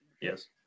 Yes